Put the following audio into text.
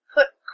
put